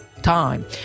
time